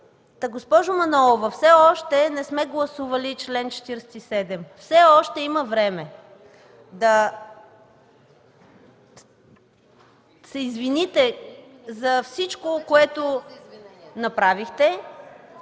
Госпожо Манолова, все още не сме гласували чл. 47. Все още има време да се извините за всичко, което направихте.